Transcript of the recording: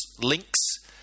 links